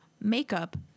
makeup